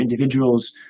individuals